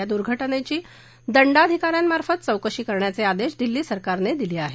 या दुर्घटनेची दंडाधिका यांमार्फत चौकशी करण्याचे आदेश दिल्ली सरकारनं दिले आहेत